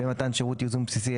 במתן שירות ייזום בסיסי,